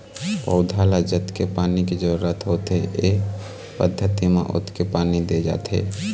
पउधा ल जतके पानी के जरूरत होथे ए पद्यति म ओतके पानी दे जाथे